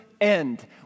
end